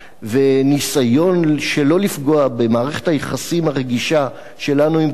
וניסיון שלא לפגוע במערכת היחסים הרגישה שלנו עם טורקיה,